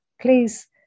please